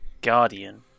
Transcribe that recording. guardian